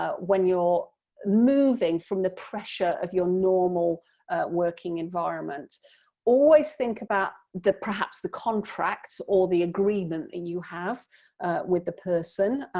ah when you're moving from the pressure of your normal working environment always think about perhaps the contracts or the agreement and you have with the person.